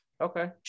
Okay